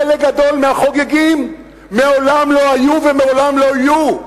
חלק גדול מהחוגגים מעולם לא היו ומעולם לא יהיו,